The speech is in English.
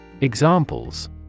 Examples